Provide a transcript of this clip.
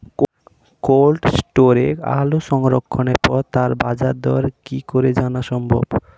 Cold স্টোরে আলু সংরক্ষণের পরে তার বাজারদর কি করে জানা সম্ভব?